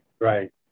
right